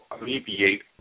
alleviate